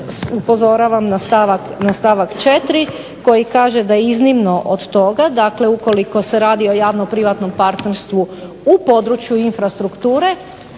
upozoravam na stavak 4. koji kaže da iznimno od toga, dakle ukoliko se radi o javno privatnom partnerstvu u području infrastrukture